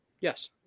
Yes